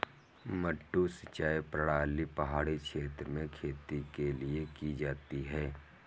मडडू सिंचाई प्रणाली पहाड़ी क्षेत्र में खेती के लिए की जाती है